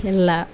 ಎಲ್ಲ